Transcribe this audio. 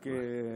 בבקשה.